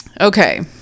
okay